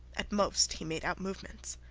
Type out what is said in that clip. at most he made out movements,